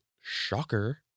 Shocker